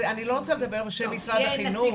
אני לא רוצה לדבר בשם משרד החינוך.